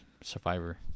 survivor